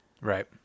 Right